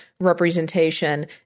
Representation